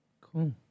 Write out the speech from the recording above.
Cool